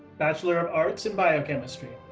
bachelor of arts in biochemistry.